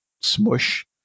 smush